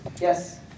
Yes